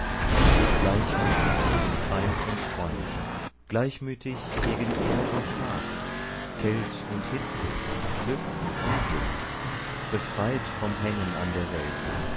gleichmütig gegen feind und freund gleichmütig gegen ehr und schmach kält und hitze glück und unglück befreit vom hängen an der welt